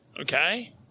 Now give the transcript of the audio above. Okay